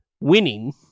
winning